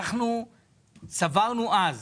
סברנו אז